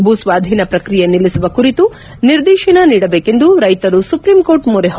ಭೂಸ್ವಾಧೀನ ಪ್ರಕ್ರಿಯೆ ನಿಲ್ಡಿಸುವ ಕುರಿತು ನಿರ್ದೇಶನ ನೀಡಬೇಕೆಂದು ರೈತರು ಸುಪ್ರೀಂ ಕೋರ್ಟ್ ಮೊರೆ ಹೋಗಿದ್ದಾರೆ